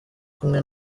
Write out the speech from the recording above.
kumwe